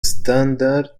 standard